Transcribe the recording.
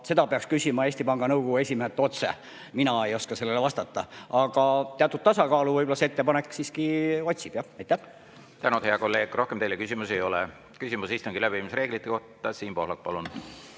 seda peaks küsima Eesti Panga Nõukogu esimehelt otse. Mina ei oska sellele vastata. Aga teatud tasakaalu võib-olla tema ettepanek siiski otsib. Tänud, hea kolleeg! Rohkem teile küsimusi ei ole. Küsimus istungi läbiviimise reeglite kohta, Siim Pohlak, palun!